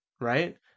right